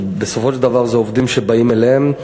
כי בסופו של דבר אלה עובדים שבאים אליהם.